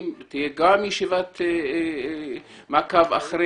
ולאחר הישיבה הזו תהיה ישיבת מעקב,